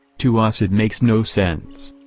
to us it makes no sense.